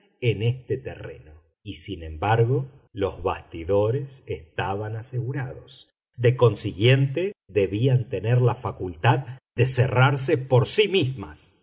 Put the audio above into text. en este terreno y sin embargo los bastidores estaban asegurados de consiguiente debían tener la facultad de cerrarse por sí mismos